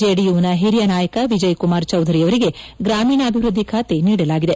ಜೆಡಿಯುನ ಹಿರಿಯ ನಾಯಕ ವಿಜಯಕುಮಾರ್ ಚೌಧರಿಯವರಿಗೆ ಗ್ರಾಮೀಣಾಭಿವೃದ್ದಿ ಖಾತೆ ನೀಡಲಾಗಿದೆ